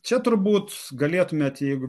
čia turbūt galėtumėt jeigu